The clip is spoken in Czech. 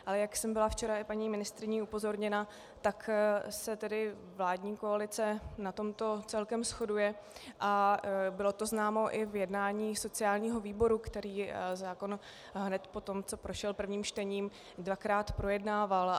Ale jak jsem byla včera paní ministryní upozorněna, tak se vládní koalice na tomto celkem shoduje a bylo to známo i v jednání sociálního výboru, který zákon hned potom, co prošel prvním čtením, dvakrát projednával.